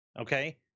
Okay